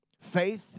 Faith